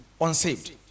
unsaved